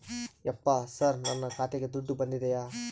ಯಪ್ಪ ಸರ್ ನನ್ನ ಖಾತೆಗೆ ದುಡ್ಡು ಬಂದಿದೆಯ?